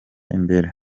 imbere